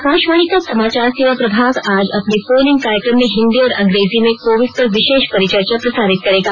आकाशवाणी का समाचार सेवा प्रभाग आज अपने फोन इन कार्यक्रम में हिंदी और अंग्रेजी में कोविड पर विशेष परिचर्चा प्रसारित करेगा